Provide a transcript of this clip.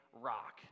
rock